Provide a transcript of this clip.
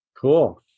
Cool